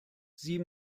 sie